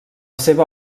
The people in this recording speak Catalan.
seva